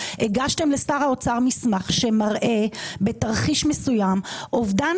הגשתם לשר האוצר מסמך שמראה צפי לאובדן